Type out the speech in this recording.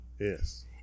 Yes